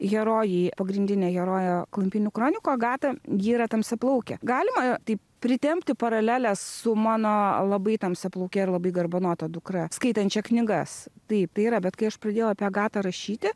herojai pagrindinė herojė klampynių kronikų agata ji yra tamsiaplaukė galima taip pritempti paraleles su mano labai tamsiaplauke ir labai garbanota dukra skaitančia knygas taip tai yra bet kai aš pradėjau apie agatą rašyti